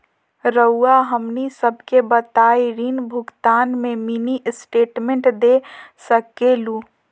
रहुआ हमनी सबके बताइं ऋण भुगतान में मिनी स्टेटमेंट दे सकेलू?